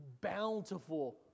bountiful